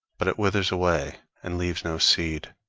but it withers away and leaves no seed.